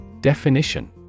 Definition